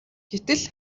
гэтэл